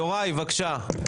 יוראי, בבקשה.